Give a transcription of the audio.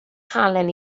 halen